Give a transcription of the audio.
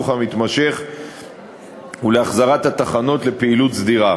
המתמשך ולהחזרת התחנות לפעילות סדירה?